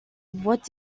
what